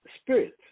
spirit